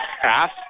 pass